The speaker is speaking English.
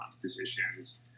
positions